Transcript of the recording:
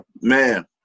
man